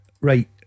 Right